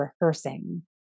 rehearsing